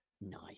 nice